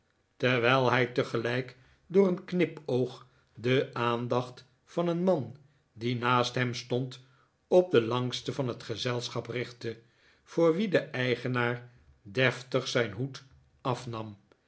terwijl hij tegelijk door een knipoog de aandacht van een man die naast hem stond op den langsten van het gezelschap richtte voor wien de eigenaar deftig zijn hoed afnam